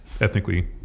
Ethnically